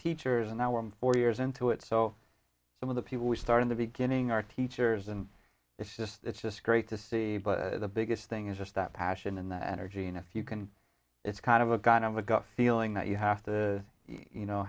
teachers and now we're four years into it so some of the people we started the beginning are teachers and it's just it's just great to see but the biggest thing is just that passion and that energy and if you can it's kind of a kind of a gut feeling that you have to you know